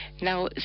Now